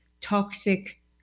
toxic